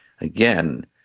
again